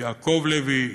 יעקב לוי,